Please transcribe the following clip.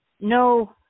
No